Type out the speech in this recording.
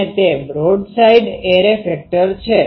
અને તે broadside array factor છે